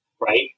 right